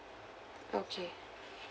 okay